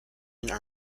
union